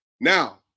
now